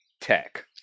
tech